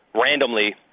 randomly